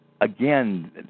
again